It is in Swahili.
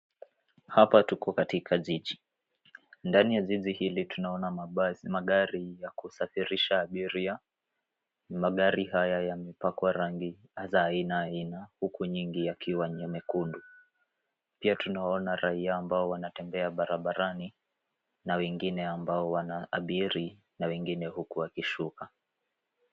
Hap tuko katika jiji. Ndani ya jiji hili, tunaona mabasi, magari ya kusafirisha abiria. Magari haya yamepakwa rangi za aina aina huku nyingi yakiwa nyekundu. Pia tunaona raia ambao wanatembea barabarani na wengine ambao wanaabiri na wengine huku wakishuka.